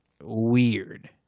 weird